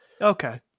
Okay